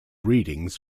readings